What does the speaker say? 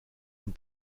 und